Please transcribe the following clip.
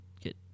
get